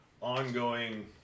ongoing